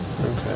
Okay